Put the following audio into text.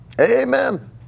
Amen